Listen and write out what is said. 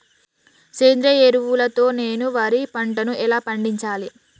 సేంద్రీయ ఎరువుల తో నేను వరి పంటను ఎలా పండించాలి?